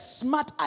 smart